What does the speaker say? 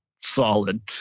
solid